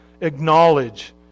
acknowledge